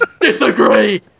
disagree